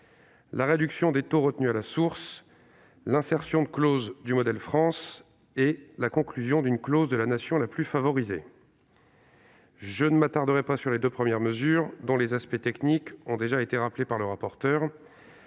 la réduction des taux de retenue à la source ; l'insertion de clauses du modèle France ; la conclusion d'une clause de la nation la plus favorisée. Je ne m'attarderai pas sur les deux premières mesures, dont les aspects techniques ont déjà été rappelés par le rapporteur.